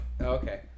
Okay